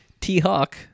T-Hawk